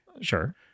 sure